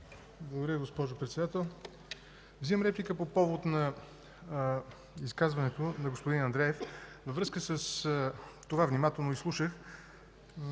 Благодаря, госпожо Председател. Взимам реплика по повод изказването на господин Андреев. Внимателно изслушах